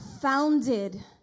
founded